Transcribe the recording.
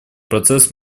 процесс